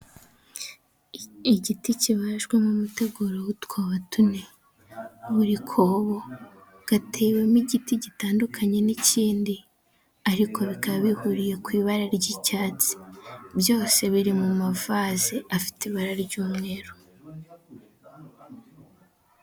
Igiti kibajwe n’umuteguro w’utwoba, tune burikobo gatewemo igiti gitandukanye n’ikindi, ariko bikaba bihuriye ku ibara ry’icyatsi. Byose biri mu mavazi afite ibara ry’umweru.